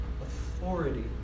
authority